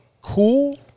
Cool